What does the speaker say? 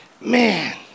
man